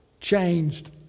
changed